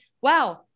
wow